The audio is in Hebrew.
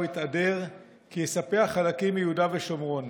התהדר כי יספח חלקים מיהודה ושומרון,